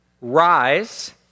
Rise